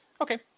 Okay